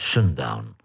Sundown